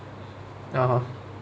(uh huh)